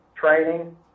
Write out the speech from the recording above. training